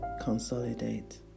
consolidate